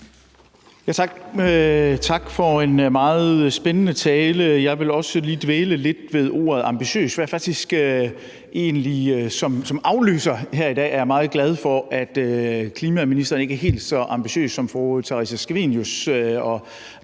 Tak for en meget spændende tale. Jeg vil også lige dvæle lidt ved ordet ambitiøs. Som afløser her i dag er jeg meget glad for, at klimaministeren ikke er helt så ambitiøs som fru Theresa Scavenius